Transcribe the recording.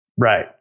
Right